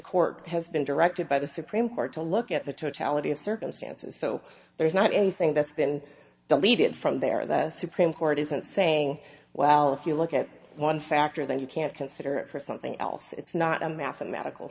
court has been directed by the supreme court to look at the totality of circumstances so there's not anything that's been deleted from there the supreme court isn't saying well if you look at one factor then you can't consider it for something else it's not a mathematical